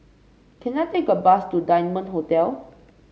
can I take a bus to Diamond Hotel